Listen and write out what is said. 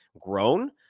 grown